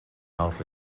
nous